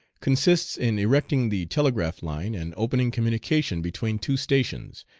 consists in erecting the telegraph line and opening communication between two stations,